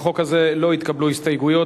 לחוק הזה לא התקבלו הסתייגויות,